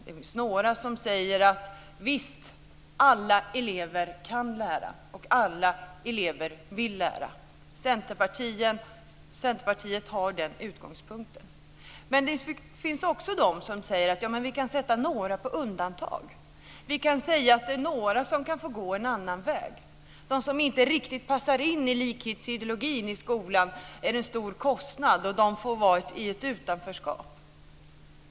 Det finns några som säger: Visst kan alla elever lära, och alla elever vill lära. Centerpartiet har den utgångspunkten. Men det finns också de som säger: Vi kan sätta några på undantag. Några kan få gå en annan väg. De som inte riktigt passar in i likhetsideologin i skolan är en stor kostnad, och de får vara i ett utanförskap.